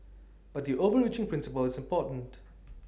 but the overreaching principle is important